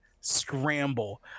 scramble